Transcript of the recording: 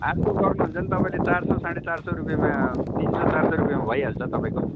अर्को गर्नुहुन्छ भने तपाईँले चार सय साँढे चार सय रुपियाँमा तिन सय चार सय रुपियाँमा भइहाल्छ तपाईँको